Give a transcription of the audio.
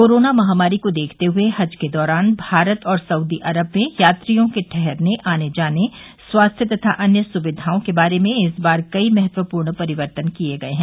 corona महामारी को देखते हुए हज के दौरान भारत और सऊदी अरब में यात्रियों के ठहरने आने जाने स्वास्थ्य तथा अन्य सुक्विओं के बारे में इस बार कई महत्वपूर्ण परिवर्तन किए गए हैं